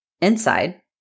inside